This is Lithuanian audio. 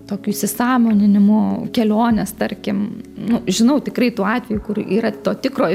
tokiu įsisąmoninimu kelionės tarkim nu žinau tikrai tų atvejų kur yra to tikro